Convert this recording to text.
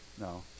no